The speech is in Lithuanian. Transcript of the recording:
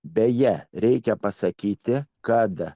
beje reikia pasakyti kad